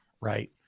right